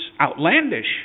outlandish